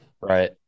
right